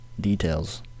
Details